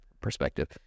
perspective